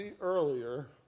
earlier